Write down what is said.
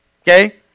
Okay